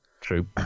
True